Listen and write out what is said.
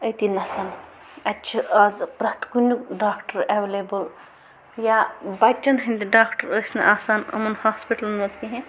أتی نَس اَتہِ چھِ آز پرٛٮ۪تھ کُنیُک ڈاکٹر اٮ۪وٕلیبٕل یا بچن ہٕنٛدۍ ڈاکٹر ٲسۍ نہٕ آسان یِمَن ہاسپِٹلَن منٛز کِہیٖنۍ